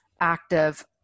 active